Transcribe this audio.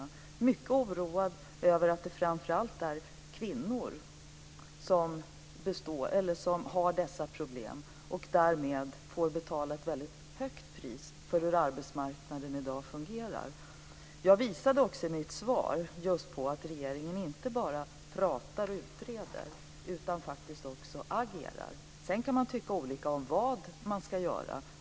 Jag är mycket oroad över att det framför allt är kvinnor som har dessa problem och därmed får betala ett väldigt högt pris för hur arbetsmarknaden i dag fungerar. Jag visade också i mitt svar just på att regeringen inte bara pratar och utreder utan faktiskt också agerar. Sedan kan man tycka olika om vad man ska göra.